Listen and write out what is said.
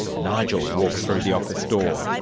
nigel walks through the office door.